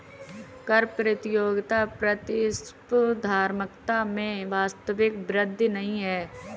कर प्रतियोगिता प्रतिस्पर्धात्मकता में वास्तविक वृद्धि नहीं है